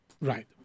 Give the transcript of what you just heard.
Right